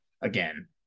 again